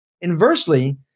Inversely